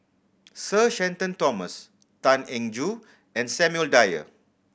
Sir Shenton Thomas Tan Eng Joo and Samuel Dyer